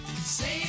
Save